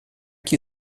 que